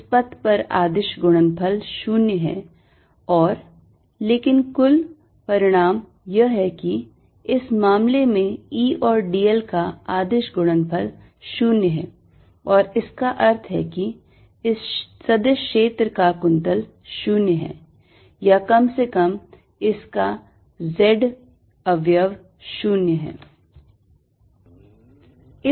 इस पथ पर अदिश गुणनफल शून्य है और लेकिन कुल परिणाम यह है कि इस मामले में E और dl का अदिश गुणनफल 0 है और इसका अर्थ है कि इस सदिश क्षेत्र का कुंतल 0 है या कम से कम इसका z अवयव 0 है